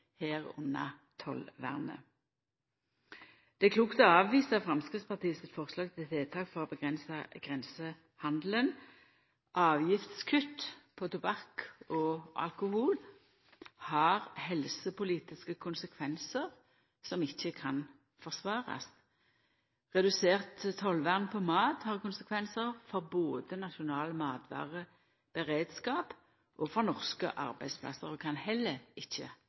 tollvernet. Det er klokt å avvisa Framstegspartiet sitt forslag til tiltak for å avgrensa grensehandelen. Avgiftskutt på tobakk og alkohol har helsepolitiske konsekvensar som ikkje kan forsvarast. Redusert tollvern på mat får konsekvensar for både nasjonal matvareberedskap og norske arbeidsplassar og kan heller ikkje